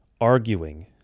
arguing